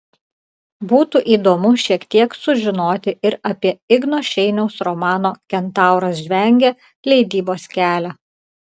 būtų įdomu šiek tiek sužinoti ir apie igno šeiniaus romano kentauras žvengia leidybos kelią